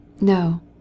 No